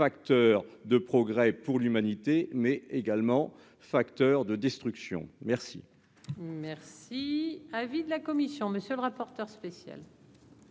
facteur de progrès pour l'humanité, mais également facteur de destruction merci. Merci, avis de la commission, monsieur le rapporteur spécial.